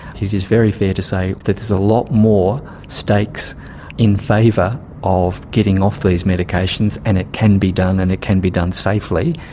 it is very fair to say that there's a lot more stakes in favour of getting off these medications and it can be done and it can be done safely